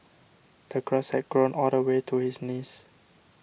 the grass had grown all the way to his knees